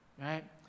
right